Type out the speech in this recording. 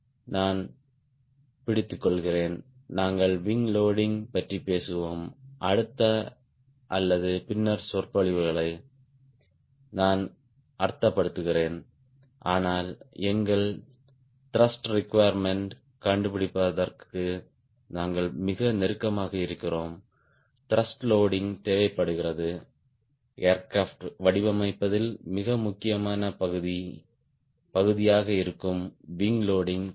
நான் பிடித்துக்கொள்கிறேன் நாங்கள் விங் லோடிங் பற்றி பேசுவோம் அடுத்த அல்லது பின்னர் சொற்பொழிவுகளை நான் அர்த்தப்படுத்துகிறேன் ஆனால் எங்கள் த்ருஷ்ட் ரெகுயிரேமென்ட் கண்டுபிடிப்பதற்கு நாங்கள் மிக நெருக்கமாக இருக்கிறோம் த்ருஷ்ட் லோடிங் தேவைப்படுகிறது ஏர்கிராப்ட் வடிவமைப்பதில் மிக முக்கியமான பகுதியாக இருக்கும் விங் லோடிங் தேவை